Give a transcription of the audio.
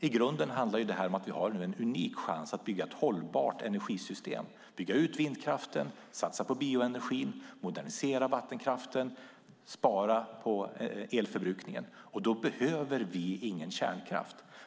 I grunden handlar det om att vi har en unik chans att bygga ett hållbart energisystem, att bygga ut vindkraften, att satsa på bioenergin, att modernisera vattenkraften och att spara på elförbrukningen. Då behöver vi ingen kärnkraft.